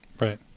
Right